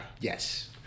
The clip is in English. Yes